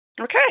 Okay